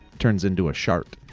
turns into a shart.